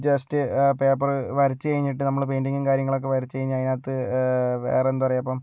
just paper വരച്ച് കഴിഞ്ഞിട്ട് നമ്മള് പെയിൻറ്റിങ്ങും കാര്യങ്ങളൊക്കെ വരച്ച് കഴിഞ്ഞ് അതിനകത്ത് വേറെന്താ പറയുക ഇപ്പം